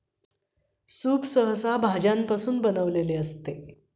soup सहसा बांबूपासून बनविलेले असते